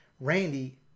Randy